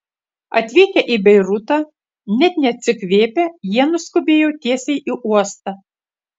atvykę į beirutą net neatsikvėpę jie nuskubėjo tiesiai į uostą